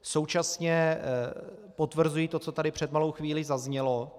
Současně potvrzuji to, co tady před malou chvílí zaznělo.